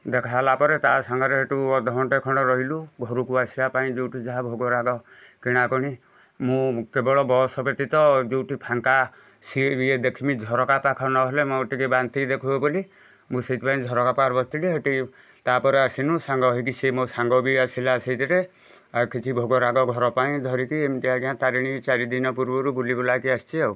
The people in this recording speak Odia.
ଦେଖା ହେଲା ପରେ ତା ସାଙ୍ଗରେ ହେଟୁ ଅଧ ଘଣ୍ଟେ ଖଣ୍ଡେ ରହିଲୁ ଘରକୁ ଆସିବା ପାଇଁ ଯେଉଁଠି ଯାହା ଭୋଗରାଗ କିଣାକୁଣି ମୁଁ କେବଳ ବସ୍ ବ୍ୟତୀତ ଯେଉଁଠି ଫାଙ୍କା ଦେଖିମି ଝରକା ପାଖ ନହେଲେ ମୋର ଟିକେ ବାନ୍ତି ଦେଖାଏ ବୋଲି ମୁଁ ସେଇଥି ପାଇଁ ଝରକା ପାଖ ବସିଥିଲି ତାପରେ ଆସିନୁ ସାଙ୍ଗ ହେଇକି ସେ ମୋ ସାଙ୍ଗ ବି ଆସିଲା ସେଇଥିରେ ଆଉ କିଛି ଭୋଗରାଗ ଘର ପାଇଁ ଧରିକି ଏମିତି ଆଜ୍ଞା ତାରିଣୀ ଚାରିଦିନି ପୂର୍ଵରୁ ବୁଲିବୁଲା କି ଆସିଛି ଆଉ